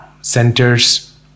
centers